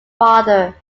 father